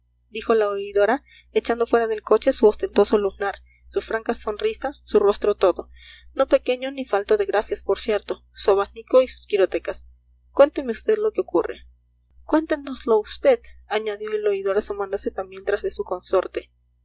dijo la oidora echando fuera del coche su ostentoso lunar su franca sonrisa su rostro todo no pequeño ni falto de gracias por cierto su abanico y sus quirotecas cuénteme vd lo que ocurre cuéntenoslo vd añadió el oidor asomándose también tras de su consorte